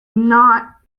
not